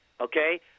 okay